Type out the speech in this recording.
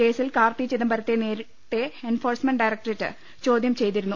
കേസിൽ കാർത്തി ചിദംബരത്തെ നേരത്തെ enforcement directorate ചോദ്യാ ചെയ്തിരുന്നു